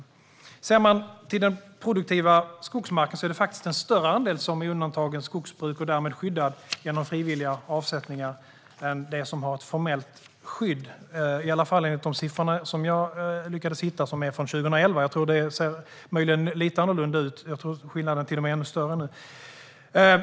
Tittar man på den produktiva skogsmarken ser man att en större andel är undantagen från skogsbruk - och därmed skyddad - genom frivilliga avsättningar jämfört med det som har ett formellt skydd. Detta gäller i alla fall enligt de siffror från 2011 som jag lyckades hitta. Möjligen ser det lite annorlunda ut nu; jag tror att skillnaden till och med är ännu större nu.